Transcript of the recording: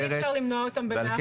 אי אפשר למנוע אותם ב-100%,